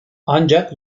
ancak